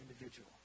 individual